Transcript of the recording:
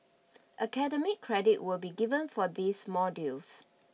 academic credit will be given for these modules